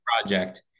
Project